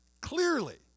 clearly